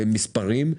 עם מספרים,